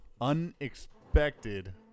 Unexpected